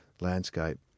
landscape